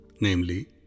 namely